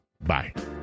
Bye